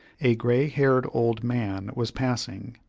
a gray-haired old man was passing.